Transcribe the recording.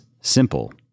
simple